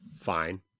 fine